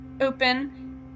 open